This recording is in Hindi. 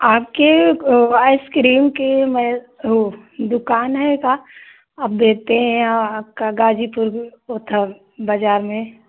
आपकी वह आइसक्रीम की मैं वह दुकान है क्या अब बेचते हैं आपका गाजीपुर में वह था बाज़ार में